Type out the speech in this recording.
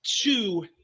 two